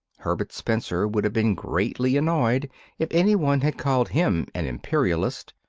herbert spencer would have been greatly annoyed if any one had called him an imperialist,